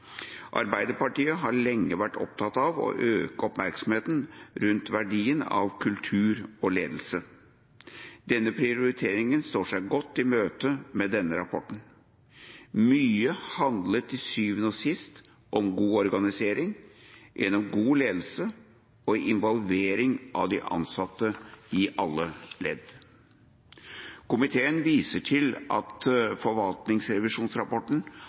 Arbeiderpartiet har lenge vært opptatt av å øke oppmerksomheten rundt verdien av kultur og ledelse. Denne prioriteringen står seg godt i møte med denne rapporten. Mye handler til syvende og sist om god organisering – gjennom god ledelse og involvering av de ansatte i alle ledd. Komiteen viser til at forvaltningsrevisjonsrapporten